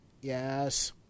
Yes